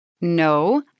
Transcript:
No